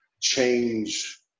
change